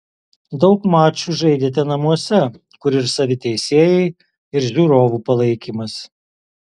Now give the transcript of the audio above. daug mačų žaidėte namuose kur ir savi teisėjai ir žiūrovų palaikymas